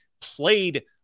played